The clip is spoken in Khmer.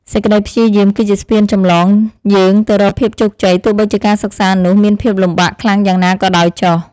សេចក្តីព្យាយាម គឺជាស្ពានចម្លងយើងទៅរកភាពជោគជ័យទោះបីជាការសិក្សានោះមានភាពលំបាកខ្លាំងយ៉ាងណាក៏ដោយចុះ។